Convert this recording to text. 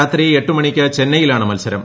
രാത്രി എട്ട് മണിക്ക് ചെന്നൈയിലാണ് മത്സരം